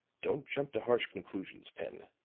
don't jump to harsh conclusions, pen.